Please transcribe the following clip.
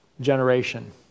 generation